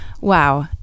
wow